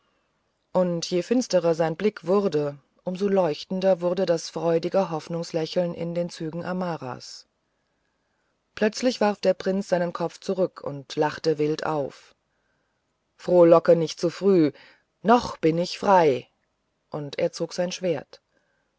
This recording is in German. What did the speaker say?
und je finsterer sein blick wurde um so leuchtender wurde das freudige hoffnungslächeln in den zügen amaras plötzlich warf der prinz seinen kopf zurück und lachte wild auf frohlocke nicht zu früh noch bin ich frei und er zog sein schwert